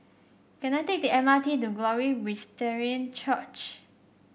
can I take the M R T to Glory Presbyterian Church